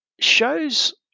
shows